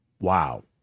wow